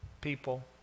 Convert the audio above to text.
people